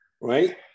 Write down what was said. right